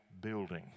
building